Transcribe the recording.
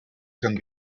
can